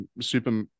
Super